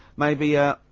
maybe ah,